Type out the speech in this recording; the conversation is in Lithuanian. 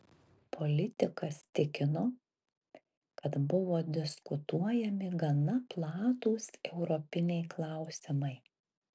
politikas tikino kad buvo diskutuojami gana platūs europiniai klausimai